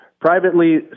Privately